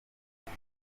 iyi